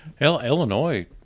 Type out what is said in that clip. Illinois